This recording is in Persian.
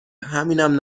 همینم